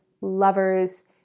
lovers